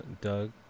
Doug